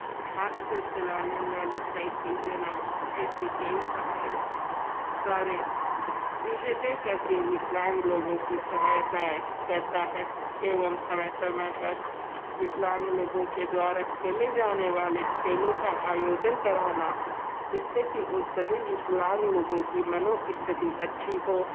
हाथ से चलाने वाली साइकिल देना ऐसी कई साहारे सारी चीज़ें दे कर के विकलांग लोगों की सहायताएँ करता है एवं समय समय पर विकलांग लोगों के द्वारा खेले जाने वाले खेलों का आयोजन कराना जिस से कि उन सभी विकलांग लोगों की मनोस्थिति अच्छी हो